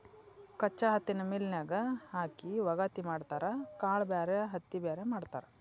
ಕಚ್ಚಾ ಹತ್ತಿನ ಮಿಲ್ ನ್ಯಾಗ ಹಾಕಿ ವಗಾತಿ ಮಾಡತಾರ ಕಾಳ ಬ್ಯಾರೆ ಹತ್ತಿ ಬ್ಯಾರೆ ಮಾಡ್ತಾರ